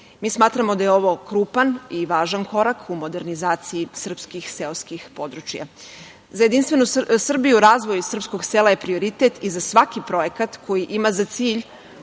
Mi smatramo da je ovo krupan i važan korak u modernizaciji srpskih seoskih područja.Za Jedinstvenu Srbiju razvoj srpskog sela je prioritet i za svaki projekat koji ima za cilj